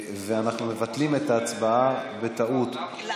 אנחנו מבטלים את ההצבעה בטעות של